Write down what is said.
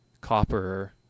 copper